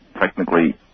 technically